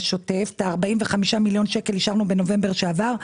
את 45 מיליוני שקלים אישרנו בנובמבר שעבר,